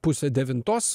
pusę devintos